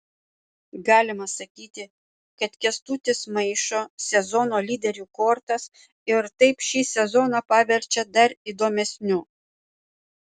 galima sakyti kad kęstutis maišo sezono lyderių kortas ir taip šį sezoną paverčia dar įdomesniu